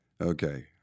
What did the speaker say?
Okay